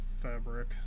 fabric